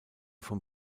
vom